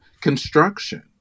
construction